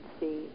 see